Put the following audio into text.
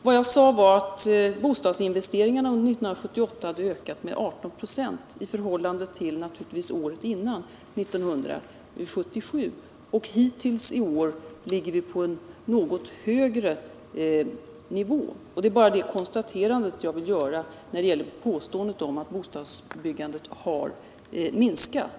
Vad jag sade var att bostadsinvesteringarna under 1978 hade ökat med 18 26, och det är naturligtvis i förhållande till året innan, 1977. Hittills i år ligger vi på en något högre nivå. Det är bara det konstaterandet jag vill göra när det gäller påståendet att bostadsbyggandet har minskat.